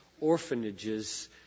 orphanages